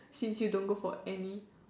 since you don't go for any